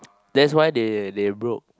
that's why they they broke